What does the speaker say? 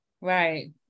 Right